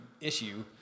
issue